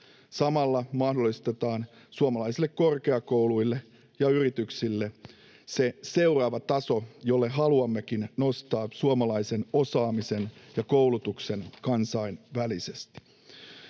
Samalla mahdollistetaan suomalaisille korkeakouluille ja yrityksille se seuraava taso, jolle haluammekin nostaa suomalaisen osaamisen ja koulutuksen kansainvälisesti.